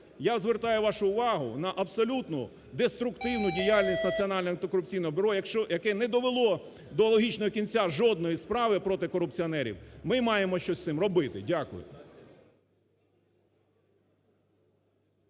Я звертаю вашу увагу на абсолютно деструктивну діяльність Національного антикорупційного бюро, яке не довело до логічного кінця жодної справи проти корупціонерів, ми маємо щось з цим робити. Дякую.